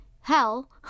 hell